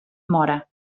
mora